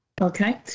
Okay